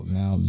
now